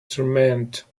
torment